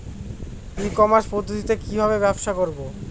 ই commerce পদ্ধতিতে কি ভাবে ব্যবসা করব?